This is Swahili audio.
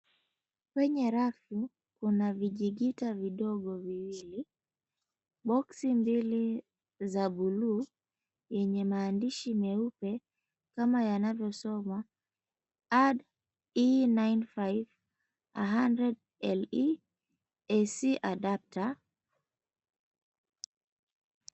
Kwenye rafu kuna vijikita vidogo viwili. Boksi mbili za buluu yenye maandishi nyeupe kama yanavyosomwa, "Add E95 100li Ac Adapter."